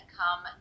come